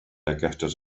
aquestes